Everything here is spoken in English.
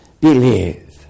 believe